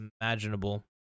imaginable